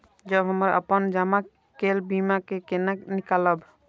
जब हमरा अपन जमा केल बीमा के केना निकालब?